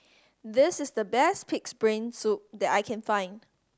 this is the best Pig's Brain Soup that I can find